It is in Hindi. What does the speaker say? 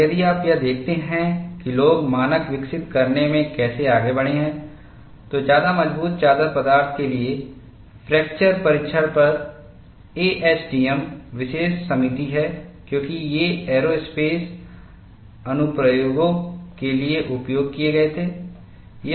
और यदि आप यह देखते हैं कि लोग मानक विकसित करने में कैसे आगे बढ़े हैं तो ज्यादा मजबूत चादर पदार्थ के फ्रैक्चर परीक्षण पर एएसटीएम विशेष समिति हैं क्योंकि ये एयरोस्पेस अनुप्रयोगों के लिए उपयोग किए गए थे